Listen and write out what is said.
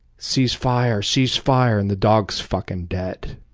cease fire! cease fire! and the dog's fucking dead,